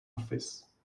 office